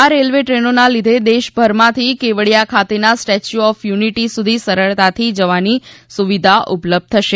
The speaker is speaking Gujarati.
આ રેલવે ટ્રેનોના લીધે દેશભરમાંથી કેવડીયા ખાતેના સ્ટેચ્યુ ઓફ યુનિટી સુધી સરળતાથી જવાની સુવિધા ઉપલબ્ધ થશે